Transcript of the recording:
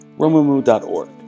Romumu.org